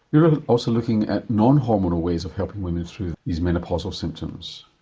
you're also looking at non-hormonal ways of helping women through these menopausal symptoms.